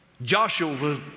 Joshua